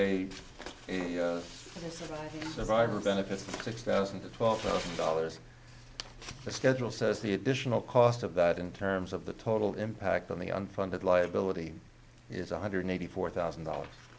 a survivor benefits the six thousand to twelve thousand dollars the schedule says the additional cost of that in terms of the total impact on the unfunded liability is one hundred eighty four thousand dollars